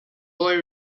boy